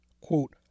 quote